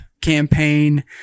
campaign